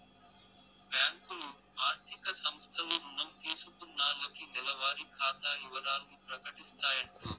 బ్యాంకులు, ఆర్థిక సంస్థలు రుణం తీసుకున్నాల్లకి నెలవారి ఖాతా ఇవరాల్ని ప్రకటిస్తాయంటోది